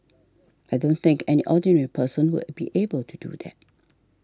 I don't think any ordinary person will be able to do that